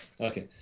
Okay